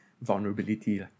vulnerability